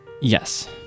Yes